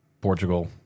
Portugal